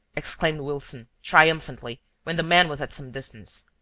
exclaimed wilson, triumphantly, when the man was at some distance.